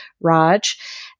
Raj